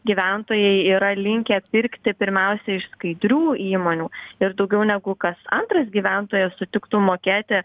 gyventojai yra linkę pirkti pirmiausia iš skaidrių įmonių ir daugiau negu kas antras gyventojas sutiktų mokėti